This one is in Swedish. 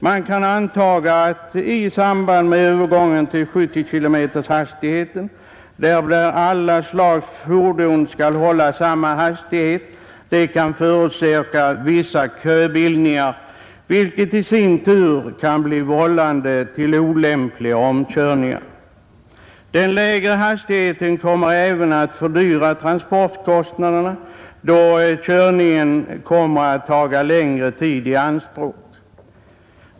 Man kan anta att övergången till 70 kilometers hastighet, därvid alla slags fordon skall hålla samma hastighet, kan förorsaka vissa köbildningar, vilket i sin tur kan vålla olämpliga omkörningar. Den lägre hastigheten kommer även att fördyra transportkostnaderna, då körningen tar längre tid i anspråk.